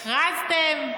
הכרזתם,